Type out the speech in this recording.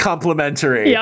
Complimentary